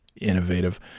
innovative